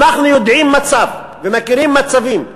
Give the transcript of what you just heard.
אנחנו יודעים ומכירים מצבים,